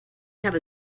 have